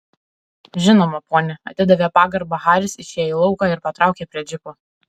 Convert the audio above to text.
žinoma pone atidavė pagarbą haris išėjo į lauką ir patraukė prie džipo